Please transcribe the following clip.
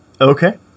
Okay